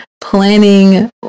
planning